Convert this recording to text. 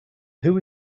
who